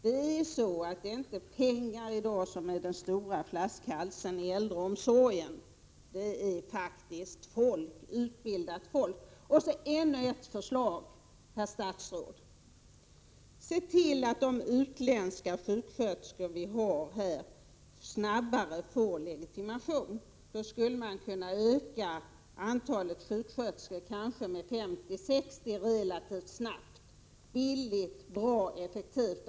Det är i dag inte pengar som är den största flaskhalsen i äldreomsorgen — det är utbildat folk. Och så ännu ett förslag, herr statsråd: Se till att utländska sjuksköterskor vi har här snabbare får legitimation! Då skulle man kunna öka antalet sjuksköterskor med kanske 50—60 - relativt snabbt, billigt, bra och effektivt.